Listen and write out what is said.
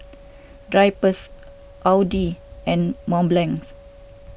Drypers Audi and Mont Blanc